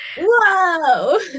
whoa